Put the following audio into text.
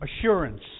assurance